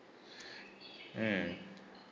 mm